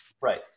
Right